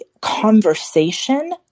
conversation